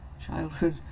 childhood